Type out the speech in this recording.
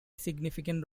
significant